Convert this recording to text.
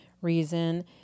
reason